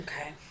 Okay